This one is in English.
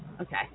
Okay